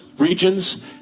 regions